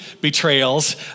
betrayals